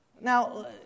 Now